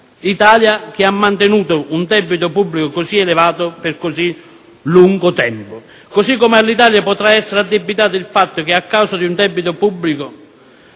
all'Italia, che ha mantenuto un debito pubblico così elevato per così lungo tempo. Allo stesso modo all'Italia potrà essere addebitato il fatto che a causa di un debito pubblico